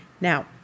now